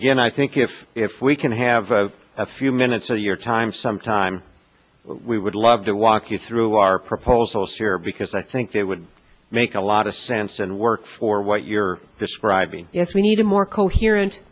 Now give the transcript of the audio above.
again i think if if we can have a few minutes of your time some time we would love to walk you through our proposals here because i think that would make a lot of sense and work for what you're describing yes we need a more coherent